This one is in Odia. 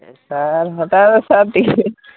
ଏ ସାର୍ ମୋତେ ଆଉ ସାର୍ ଟିକେ